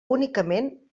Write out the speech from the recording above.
únicament